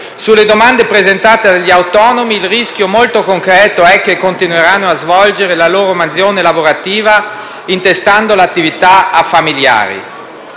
Sulle domande presentate dagli autonomi, il rischio molto concreto è che continueranno a svolgere la loro mansione lavorativa, intestando l'attività a familiari.